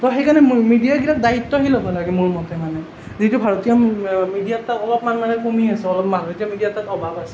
তৌ সেইকাৰণে মিডিয়াবিলাক দায়িত্বশীল হ'ব লাগে মোৰ মতে মানে যিটো ভাৰতীয় মিডিয়াতকৈ অলপ মান মানে কমি আছে অলপ মানুহে এতিয়া মিডিয়াৰ তাত অভাৱ আছে